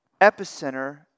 Epicenter